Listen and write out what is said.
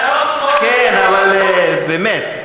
כן, אבל באמת.